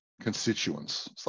constituents